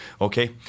okay